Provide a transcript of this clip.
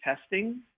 testing –